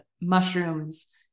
mushrooms